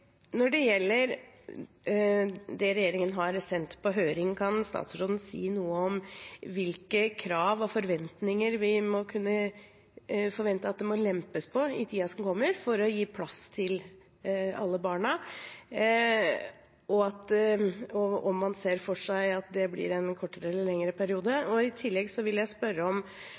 Når det gjelder det regjeringen har sendt på høring, kan statsråden si noe om hvilke krav og forventninger vi må kunne forvente at det må lempes på i tiden som kommer, for å gi plass til alle barna? Ser man for seg at det blir en kortere eller lengre periode? I tillegg vil jeg spørre om